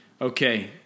Okay